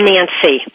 Nancy